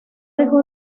dejó